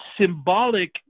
symbolic